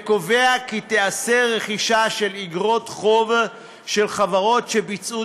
וקובע כי תיאסר רכישה של איגרות חוב של חברות שביצעו